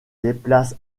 déplace